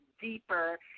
deeper